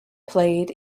played